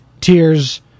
tears